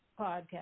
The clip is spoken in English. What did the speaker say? podcast